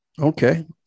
Okay